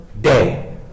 day